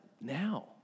now